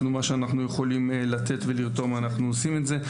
מה שאנחנו יכולים לתת ולרתום, אנחנו עושים את זה.